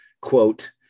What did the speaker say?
quote